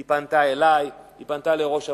היא פנתה אלי, היא פנתה לראש המועצה,